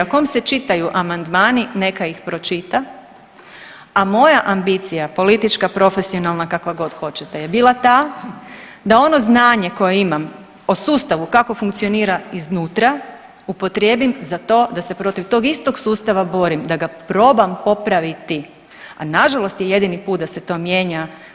Kom se čitaju amandmani neka ih pročita, a moja ambicija politička, profesionalna kakva god hoćete je bila ta da ono znanje koje imam o sustavu kako funkcionira iznutra upotrijebim za to da se protiv tog istog sustava borim da ga probam popraviti, a na žalost je jedini put da se to mijenja.